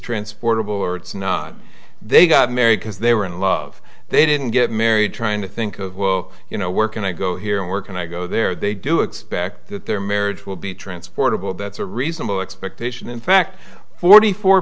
transportable or it's not they got married because they were in love they didn't get married trying to think of well you know work and i go here and work and i go there they do expect that their marriage will be transportable that's a reasonable expectation in fact forty four